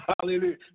Hallelujah